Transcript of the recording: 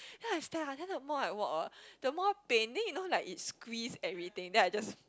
then I stand up then the more I walk hor the more pain then you know like it squeeze everything then I just